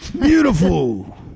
Beautiful